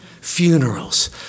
funerals